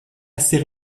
assez